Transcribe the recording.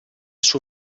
suo